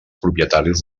propietaris